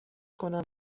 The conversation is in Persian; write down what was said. کنم